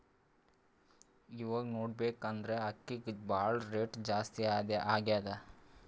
ಇವಾಗ್ ನೋಡ್ಬೇಕ್ ಅಂದ್ರ ಅಕ್ಕಿಗ್ ಭಾಳ್ ರೇಟ್ ಜಾಸ್ತಿ ಆಗ್ಯಾದ